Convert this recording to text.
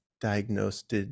diagnosed